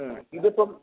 ഇതിപ്പം